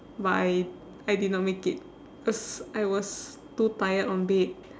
but I I did not make it because I was too tired on bed